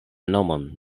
nomon